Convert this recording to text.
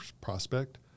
prospect